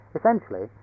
Essentially